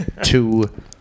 Two